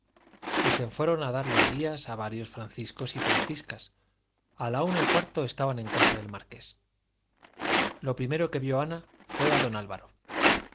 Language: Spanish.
y se fueron a dar los días a varios franciscos y franciscas a la una y cuarto estaban en casa del marqués lo primero que vio ana fue a don álvaro